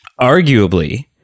arguably